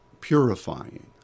purifying